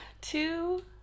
two